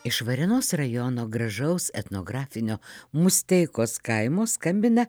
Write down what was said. iš varėnos rajono gražaus etnografinio musteikos kaimo skambina